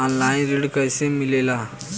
Online ऋण कैसे मिले ला?